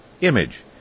image